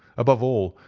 above all,